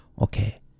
Okay